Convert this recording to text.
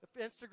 Instagram